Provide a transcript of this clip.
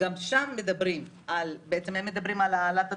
אני מבינה שהם מדברים על העלאת התפוסה.